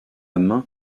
main